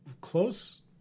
close